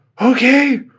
okay